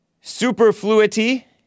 Superfluity